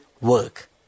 work